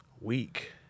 week